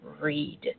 read